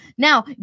Now